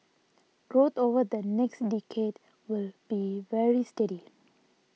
growth over the next decade will be very steady